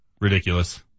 ridiculous